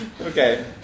Okay